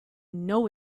know